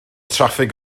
traffig